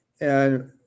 And-